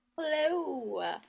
Hello